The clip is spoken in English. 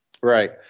Right